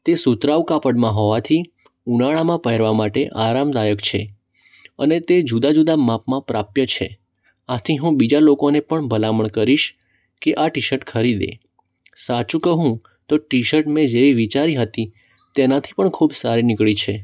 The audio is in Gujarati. તે સુતરાઉ કાપડમાં હોવાથી ઉનાળામાં પહેરવા માટે આરામદાયક છે અને તે જુદા જુદા માપમાં પ્રાપ્ય છે આથી હું બીજા લોકોને પણ ભલામણ કરીશ કે આ ટી શટ ખરીદે સાચું કહું તો ટી શટ મેં જેવી વિચારી હતી તેનાથી પણ ખૂબ સારી નીકળી છે